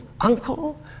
uncle